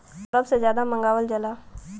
अरब से जादा मंगावल जाला